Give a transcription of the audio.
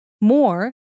more